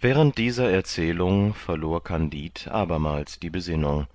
während dieses erzählung verlor kandid abermals die besinnung